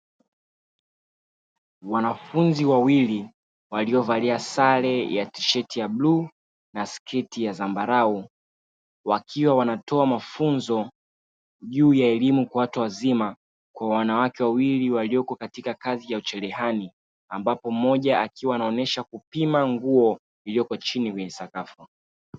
Wanafunzi wawili waliovalia sare ya tisheti ya bluu na sketi ya zambarau. Wakiwa wanatoa mafunzo juu ya elimu kwa watu wazima, kwa wanawake wawili walioko katika kazi ya ucherehani ambapo mmoja akionyesha kupima nguo iliyochini ya sakafu.